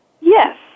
yes